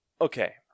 Okay